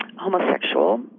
homosexual